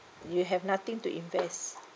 you have nothing to invest